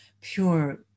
pure